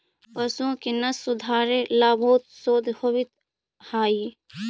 पशुओं की नस्ल सुधारे ला बहुत शोध होवित हाई